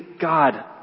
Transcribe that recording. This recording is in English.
God